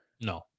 No